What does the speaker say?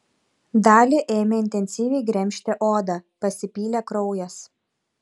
dali ėmė intensyviai gremžti odą pasipylė kraujas